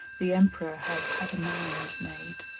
the emperor has had a mound made,